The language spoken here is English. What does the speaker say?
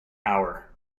hour